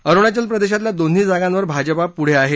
अरुणाचल प्रदेशातल्या दोन्ही जागांवर भाजपा पुढे आहे